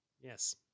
Yes